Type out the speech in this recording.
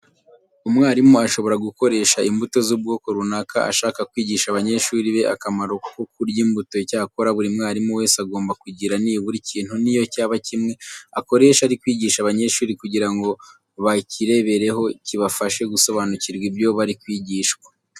Umwarimu ashobora gukoresha imbuto z'ubwoko runaka ashaka kwigisha abanyeshuri be akamaro ko kurya imbuto. Icyakora buri mwarimu wese agomba kugira nibura ikintu niyo cyaba kimwe, akoresha ari kwigisha abanyeshuri kugira ngo bakirebereho kibafashe gusobanukirwa ibyo bari kwigishwa.